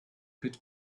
pit